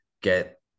get